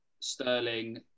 Sterling